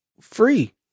free